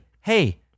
hey